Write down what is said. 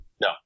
No